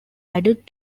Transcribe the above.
added